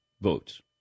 votes